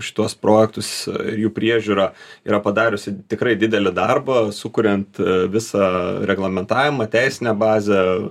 šituos projektus jų priežiūra yra padariusi tikrai didelį darbą sukuriant visą reglamentavimą teisinę bazę